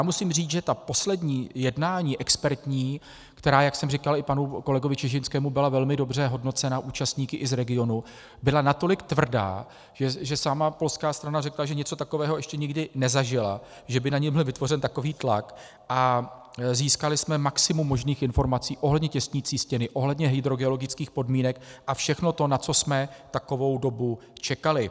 Musím říct, že ta poslední expertní jednání, která, jak jsem říkal i panu kolegovi Čižinskému, byla velmi dobře hodnocena účastníky i z regionu, byla natolik tvrdá, že sama polská strana řekla, že něco takového ještě nikdy nezažila, že by na ně byl vytvořen takový tlak, a získali jsme maximum možných informací ohledně těsnicí stěny, ohledně hydrogeologických podmínek a všechno to, na co jsme takovou dobu čekali.